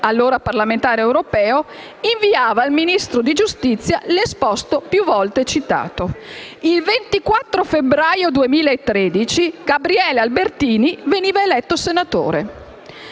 allora parlamentare europeo, inviava al Ministro di giustizia l'esposto più volte citato. Il 24 febbraio 2013 Gabriele Albertini veniva eletto senatore.